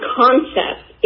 concept